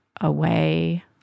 away